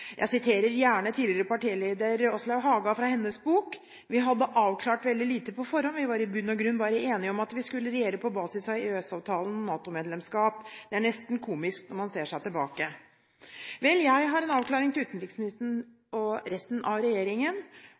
Jeg siterer gjerne tidligere partileder Åslaug Haga fra et intervju om hennes bok: «Vi hadde avklart veldig lite på forhånd, vi var i bunn og grunn bare enig om at vi skulle regjere på basis av EØS-avtalen og NATO-medlemskap. Det er nesten komisk når du ser tilbake.» Vel, jeg har en avklaring til utenriksministeren og resten av regjeringen: